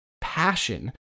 passion